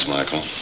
Michael